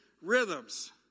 rhythms